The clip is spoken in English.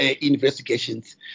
investigations